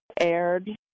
aired